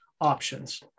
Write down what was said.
options